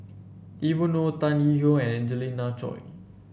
Evon Kow Tan Yee Hong and Angelina Choy